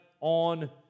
on